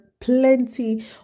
plenty